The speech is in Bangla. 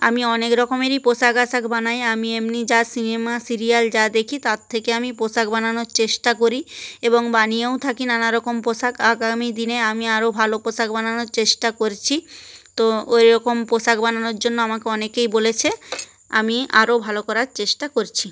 আমি অনেক রকমেরই পোশাক আশাক বানাই আমি এমনি যা সিনেমা সিরিয়াল যা দেখি তার থেকে আমি পোশাক বানানোর চেষ্টা করি এবং বানিয়েও থাকি নানা রকম পোশাক আগামী দিনে আমি দিনে আরও ভালো পোশাক বানানোর চেষ্টা করছি তো ওই রকম পোশাক বানানোর জন্য আমাকে অনেকেই বলেছে আমি আরও ভালো করার চেষ্টা করছি